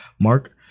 mark